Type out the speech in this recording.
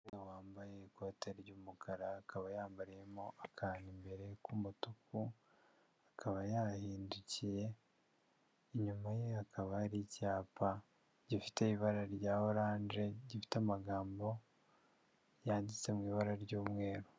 Umugore wambaye ikote ry'umukara akaba yambayemo akantu imbere k'umutuku, akaba yahindukiye, inyuma ye hakaba hari icyapa gifite ibara rya oranje gifite amagambo yanditse mu ibara ry'umweru.